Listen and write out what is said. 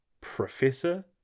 Professor